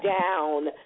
down